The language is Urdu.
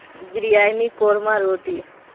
بریانی قورمہ روٹی